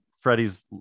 Freddie's